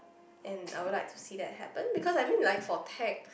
and I would like to see that happen because I mean like for tech